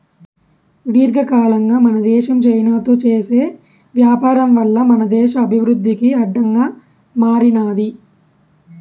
దీర్ఘకాలంగా మన దేశం చైనాతో చేసే వ్యాపారం వల్ల మన దేశ అభివృద్ధికి అడ్డంగా మారినాది